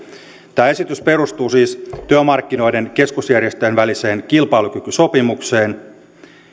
tämä esitys perustuu siis työmarkkinoiden keskusjärjestöjen väliseen kilpailukykysopimukseen